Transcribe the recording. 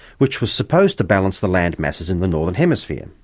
which was supposed to balance the land masses in the northern hemisphere.